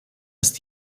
ist